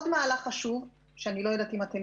מהלך חשוב נוסף שאני לא יודעת אם אתם